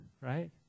right